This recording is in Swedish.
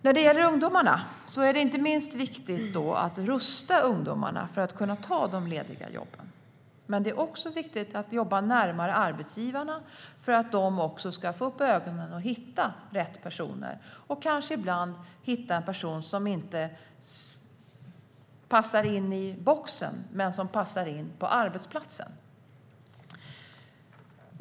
När det gäller ungdomarna är det inte minst viktigt att rusta dem för att kunna ta de lediga jobben. Men det är också viktigt att jobba närmare arbetsgivarna för att de också ska få upp ögonen och hitta rätt personer, och kanske ibland hitta en person som inte passar in i boxen men som passar in på arbetsplatsen.